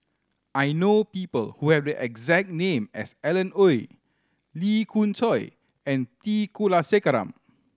I know people who have the exact name as Alan Oei Lee Khoon Choy and T Kulasekaram